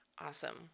Awesome